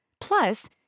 Plus